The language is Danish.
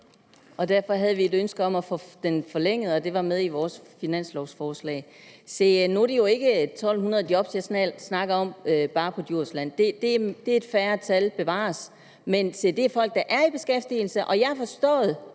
Derfor havde vi et ønske om at få den forlænget, det var med i vores finanslovforslag. Se, nu er det jo ikke 1.200 job, jeg snakker om på Djursland; det er et færre antal, bevares. Men se, det er folk, der er i beskæftigelse, og jeg har forstået